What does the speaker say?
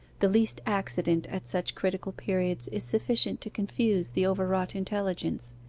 the least accident at such critical periods is sufficient to confuse the overwrought intelligence.